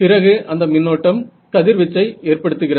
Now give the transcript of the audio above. பிறகு அந்த மின்னோட்டம் கதிர்வீச்சை ஏற்படுத்துகிறது